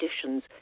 conditions